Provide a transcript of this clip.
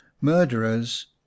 Murderers